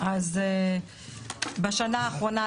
אז בשנה האחרונה,